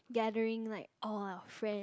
gathering like all our friends